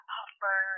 offer